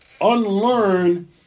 unlearn